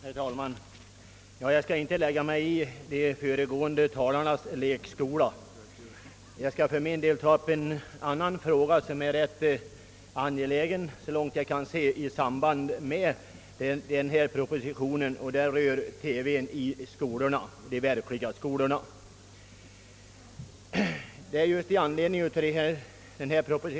Herr talman! Jag skall inte ge mig in i de föregående talarnas Ilekskola, utan jag vill ta upp en fråga som det enligt min mening är rätt angeläget att dryfta i samband med behandlingen av denna proposition, nämligen frågan om TV i de verkliga skolorna.